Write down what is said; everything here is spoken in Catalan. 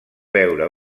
veure